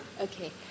Okay